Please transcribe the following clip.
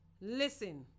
Listen